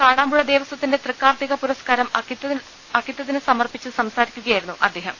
കാടാമ്പുഴ ദേവസ്ത്തിന്റെ തൃക്കാർത്തിക പുരസ്കാരം അക്കിത്തതിന് സമർപ്പിച്ചു സംസാരിക്കുകയായിരുന്നു അദ്ദേഹം